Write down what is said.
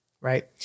right